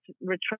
retreat